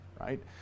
right